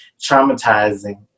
traumatizing